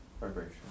Vibration